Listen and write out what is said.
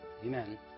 amen